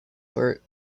for